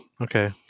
Okay